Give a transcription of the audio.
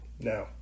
Now